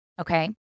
okay